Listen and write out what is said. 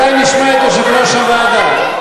מתי נשמע את יושב-ראש הוועדה?